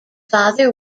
father